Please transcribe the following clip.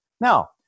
Now